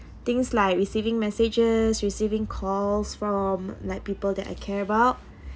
things like receiving messages receiving calls from like people that I care about